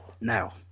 now